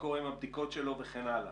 מה קורה עם הבדיקות שלו וכן הלאה.